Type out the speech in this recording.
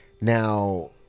Now